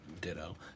ditto